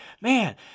man